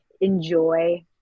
enjoy